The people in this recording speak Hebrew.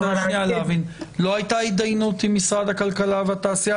לא היתה התדיינות עם משרד הכלכלה והתעשייה?